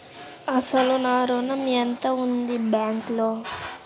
అసలు నా ఋణం ఎంతవుంది బ్యాంక్లో?